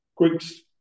Groups